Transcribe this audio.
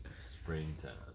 springtime